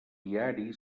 viari